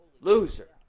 Loser